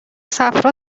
صفرا